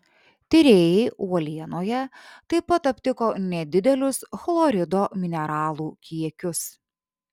tyrėjai uolienoje taip pat aptiko nedidelius chlorido mineralų kiekius